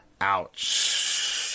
Ouch